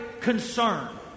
concern